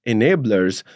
Enablers